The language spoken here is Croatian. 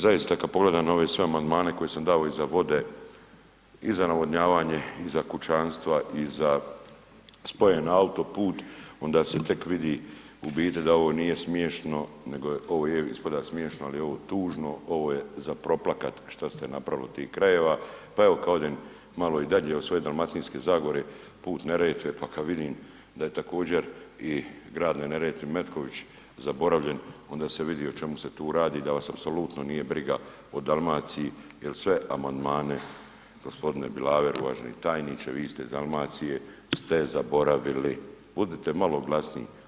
Zaista kad pogledam ove sve amandmane koje sam dao i za vode i za navodnjavanje i za kućanstva i za spoj na autoput onda se tek vidi u biti da ovo nije smiješno nego je, ovo je ispada smiješno ali je ovo tužno, ovo je za proplakat šta ste napravili od tih krajeva, pa evo kad odem malo i dalje od svoje Dalmatinske zagore, put Neretve, pa kad vidim da je također i grad na Neretvi, Metković zaboravljen onda se vidi o čemu se tu radi da vas apsolutno nije briga o Dalmaciji, jer sve amandmane gospodine Bilaver, uvaženi tajniče, vi ste iz Dalmacije ste zaboravili, budite malo glasniji.